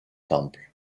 temple